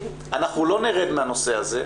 אנחנו לא נרד מהנושא הזה,